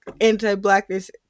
anti-blackness